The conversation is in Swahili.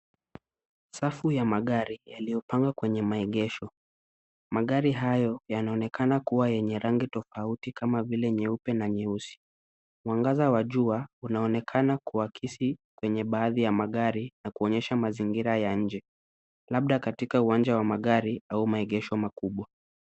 Safu ya magari yaliyopangwa kwenye maegesho. Magari hayo yanaonekana kuwa yenye rangi tofauti kama vile nyeupe na nyeusi. Mwangaza wa jua unaonekana kuwakisi kwenye baadhi ya magari na kuonyesha mazingira ya nje. Labda katika uwanja wa magari au maegesho makubwa.